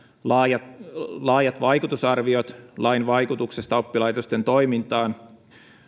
laajat laajat vaikutusarviot lain vaikutuksesta oppilaitosten toimintaan